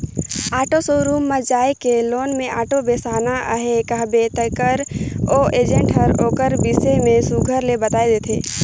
auto showroom म जाए के लोन में आॅटो बेसाना अहे कहबे तेकर ओ एजेंट हर ओकर बिसे में सुग्घर ले बताए देथे